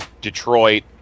Detroit